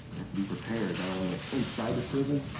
have to be prepared not only ah inside the prison,